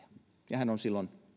ja hän on silloin